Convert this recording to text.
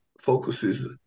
focuses